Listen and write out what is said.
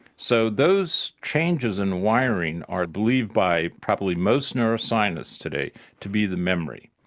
so those changes in wiring are believed by probably most neuroscientists today to be the memory.